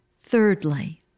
Thirdly